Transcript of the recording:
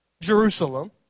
Jerusalem